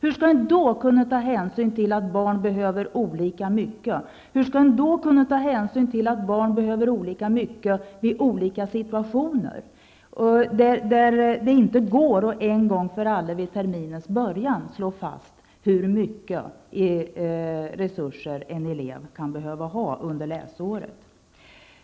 Hur skall man då kunna ta hänsyn till att barn behöver olika mycket -- och att barn behöver olika mycket -- och att barn behöver olika mycket i olika situationer? Det går inte att en gång för alla vid terminens början slå fast hur mycket resurser en elev kan behöva ha under läsåret.